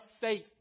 faith